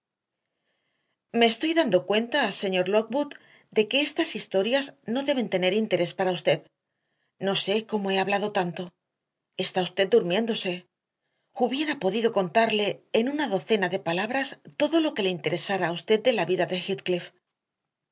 me estoy dando cuenta señor lockwood de que estas historias no deben tener interés para usted no sé cómo he hablado tanto está usted durmiéndose hubiera podido contarle en una docena de palabras todo lo que le interesara a usted de la vida de